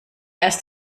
erst